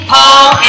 Paul